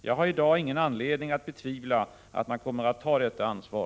Jag har i dag ingen anledning att betvivla att man kommer att ta detta ansvar.